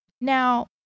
Now